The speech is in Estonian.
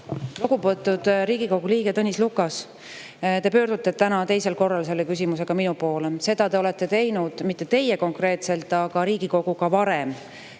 Lugupeetud Riigikogu liige Tõnis Lukas! Te pöördusite täna teisel korral selle küsimusega minu poole. Seda te olete teinud – mitte konkreetselt teie, aga Riigikogu